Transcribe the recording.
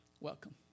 Welcome